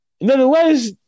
Nonetheless